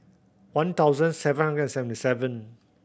one thousand seven hundred and seventy seven